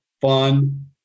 fun